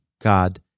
God